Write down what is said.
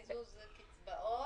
קיזוז וקצבאות.